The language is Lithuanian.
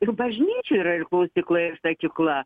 ir bažnyčioj yra ir klausykla ir sakykla